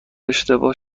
اشتباه